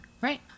Right